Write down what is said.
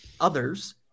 others